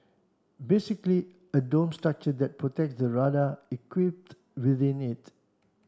basically a dome structure that protects the radar within it